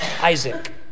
Isaac